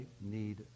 need